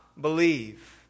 believe